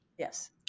Yes